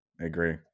agree